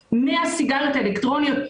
לנזק מהסיגריות האלקטרוניות.